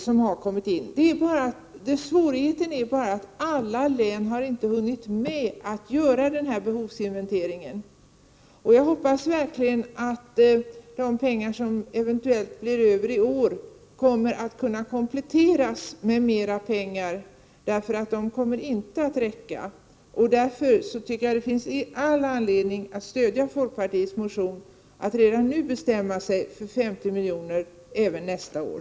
Svårigheten i detta sammanhang är att alla län inte har hunnit göra en behovsinventering ännu. Jag hoppas verkligen att de pengar som eventuellt blir över i år kommer att kunna kompletteras med mer pengar. De kommer nämligen inte att räcka. Därför finns det all anledning att stödja folkpartiets motion och redan nu bestämma sig för 50 milj.kr. även nästa år.